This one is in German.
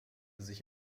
sich